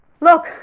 Look